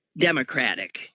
democratic